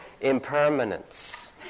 Impermanence